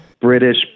British